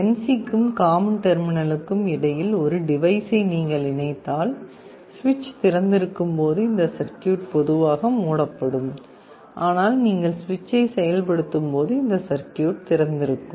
NC க்கும் common டெர்மினலுக்கும் இடையில் ஒரு டிவைஸை நீங்கள் இணைத்தால் சுவிட்ச் திறந்திருக்கும் போது இந்த சர்க்யூட் பொதுவாக மூடப்படும் ஆனால் நீங்கள் சுவிட்சை செயல்படுத்தும்போது இந்த சர்க்யூட் திறந்திருக்கும்